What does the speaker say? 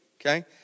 okay